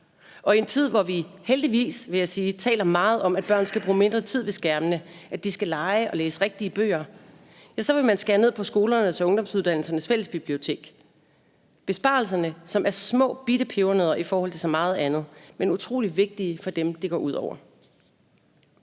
Og i en tid, hvor vi, heldigvis vil jeg sige, taler meget om, at børn skal bruge mindre tid ved skærmene, at de skal lege og læse rigtige bøger, ja, så vil man skære ned på skolernes og ungdomsuddannelsernes fælles bibliotek. Besparelserne, som er små bitte pebernødder i forhold til så meget andet, er utrolig vigtige for dem, det går ud over.